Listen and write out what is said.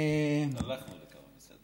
הלכנו לכמה מסעדות.